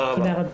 תודה רבה.